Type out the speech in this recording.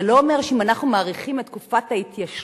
זה לא אומר שאם אנחנו מאריכים את תקופת ההתיישנות